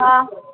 हाँ